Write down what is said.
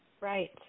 Right